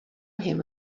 him